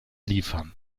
liefern